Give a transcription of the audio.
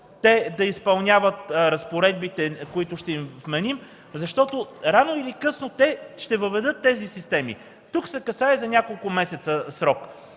да изпълняват разпоредбите, които ще им вменим, защото рано или късно те ще въведат тези системи. Тук се касае за няколко месеца срок.